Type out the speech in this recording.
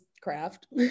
craft